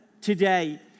today